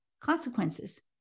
consequences